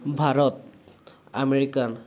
Bharat America